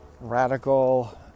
radical